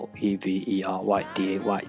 everyday